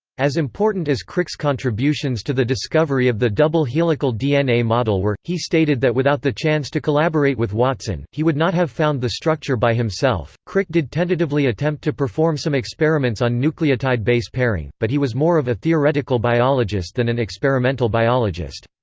as important as crick's contributions to the discovery of the double helical dna model were, he stated that without the chance to collaborate with watson, he would not have found the structure by himself crick did tentatively attempt to perform some experiments on nucleotide base pairing, but he was more of a theoretical biologist than an experimental biologist.